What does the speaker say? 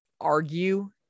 argue